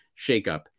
shakeup